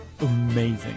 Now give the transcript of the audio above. amazing